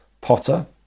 Potter